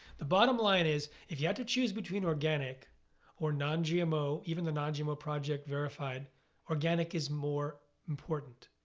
the bottom line is if you had to choose between organic or non-gmo even the non-gmo project verified organic is more important.